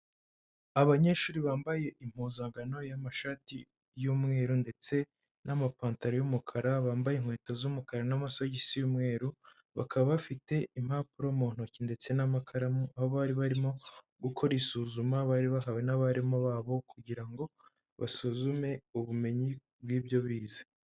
Abanyeshuri bambaye impuzankano y'amashati y'umweru ndetse n'amapantaro y'umukara, bambaye inkweto z'umukara n'amasogisi y'umweru, bakaba bafite impapuro mu ntoki ndetse n'amakaramu, aho bari barimo gukora isuzuma bari bahawe n'abarimu babo kugira ngo basuzume ubumenyi bw'ibyo bize.